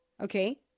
okay